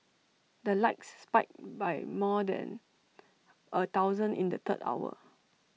the likes spiked by more than A thousand in the third hour